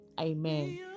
Amen